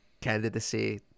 candidacy